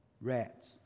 rats